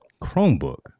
Chromebook